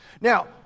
Now